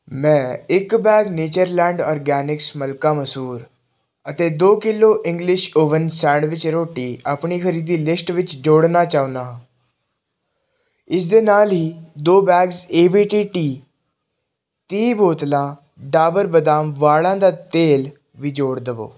ਮੈਂ ਇੱਕ bag Natureland Organics ਮਲਕਾ ਮਸੂਰ ਅਤੇ ਦੋ ਕਿੱਲੋ ਇੰਗਲਿਸ਼ ਓਵਨ ਸੈਂਡਵਿਚ ਰੋਟੀ ਆਪਣੀ ਖਰੀਦੀ ਲਿਸਟ ਵਿੱਚ ਜੋੜਨਾ ਚਾਹੁੰਦਾ ਹਾਂ ਇਸ ਦੇ ਨਾਲ ਹੀ ਦੋ bags A V T tea ਤੀਹ ਬੋਤਲਾਂ ਡਾਬਰ ਬਦਾਮ ਵਾਲਾਂ ਦਾ ਤੇਲ ਵੀ ਜੋੜ ਦੇਵੋ